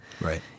Right